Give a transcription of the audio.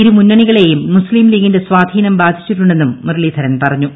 ഇരു മൂന്നണികളെയും മുസ്തീം ലീഗിന്റെ സ്വാധീനം ബാധിച്ചിട്ടുണ്ടെന്നും മുരളീധരൻ പറഞ്ഞു